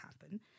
happen